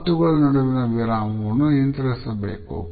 ಮಾತುಗಳ ನಡುವಿನ ವಿರಾಮವನ್ನು ನಿಯಂತ್ರಿಸಬೇಕು